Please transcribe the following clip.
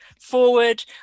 forward